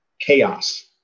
chaos